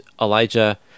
Elijah